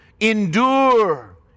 Endure